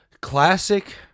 classic